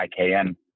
IKN